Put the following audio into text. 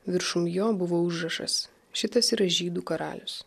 viršum jo buvo užrašas šitas yra žydų karalius